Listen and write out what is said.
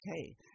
okay